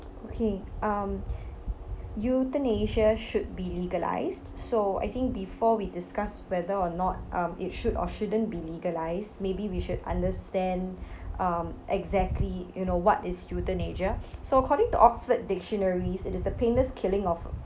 okay um euthanasia should be legalized so I think before we discuss whether or not um it should or shouldn't be legalized maybe we should understand um exactly you know what is euthanasia so according to oxford dictionaries it is the painless killing of